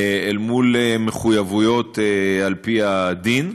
אל מול מחויבויות על-פי הדין,